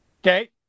Okay